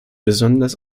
besonders